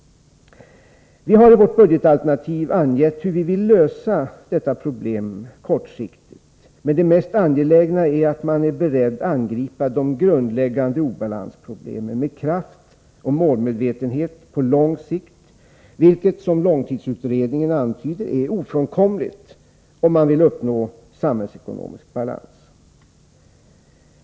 Vi har i vårt budgetalternativ angett hur vi vill lösa detta problem kortsiktigt, men det mest angelägna är att man är beredd att angripa de grundläggande obalansproblemen med kraft och målmedvetenhet på lång sikt, vilket — som långtidsutredningen antyder — är ofrånkomligt om man vill uppnå samhällsekonomisk balans.